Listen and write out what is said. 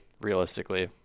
realistically